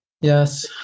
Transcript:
Yes